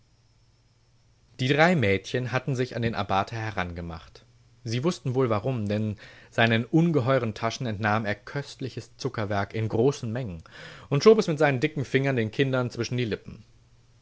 die drei mädchen hatten sich an den abbate herangemacht sie wußten wohl warum denn seinen ungeheuren taschen entnahm er köstliches zuckerwerk in großen mengen und schob es mit seinen dicken fingern den kindern zwischen die lippen